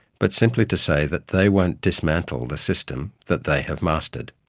but simply to say that they won't dismantle the system that they have mastered.